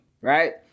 right